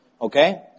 Okay